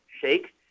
Shake